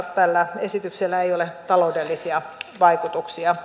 tällä esityksellä ei ole taloudellisia vaikutuksia